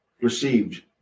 received